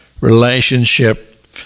Relationship